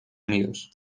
unidos